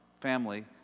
family